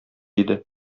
иде